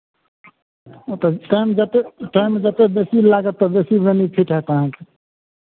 ओ तऽ टाइम जतेक टाइम जतेक बेसी लागत तऽ बेसी बेनिफिट हैत अहाँकेँ